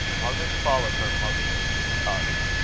margaret followed her mother into the cottage,